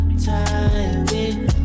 time